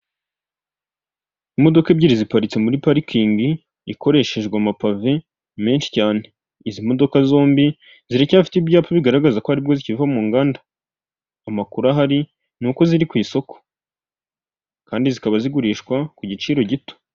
Imodoka ebyiri ziparitse muri parikingi ikoreshejwe amapave, menshi cyane. Izi modoka zombi ziracyafite ibyapa bigaragaza ko aribwo zikiva mu nganda. Amakuru ahari, ni uko ziri ku isoko. Kandi zikaba zigurishwa, ku giciro gito.